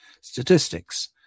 statistics